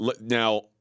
now